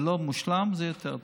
זה לא מושלם, זה יותר טוב.